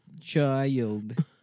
child